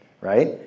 right